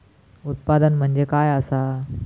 उत्पादन म्हणजे काय असा?